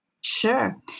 Sure